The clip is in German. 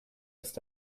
ist